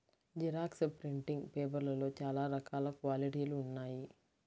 xerox printing పేపర్లలో చాలా రకాల క్వాలిటీలు ఉన్నాయి